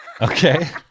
Okay